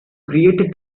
created